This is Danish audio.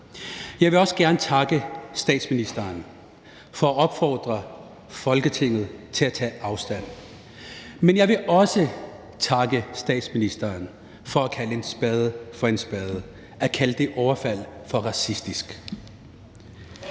Jeg vil også gerne takke statsministeren for at opfordre Folketinget til at tage afstand. Men jeg vil også takke statsministeren for at kalde en spade for en spade og at kalde det overfald for racistisk.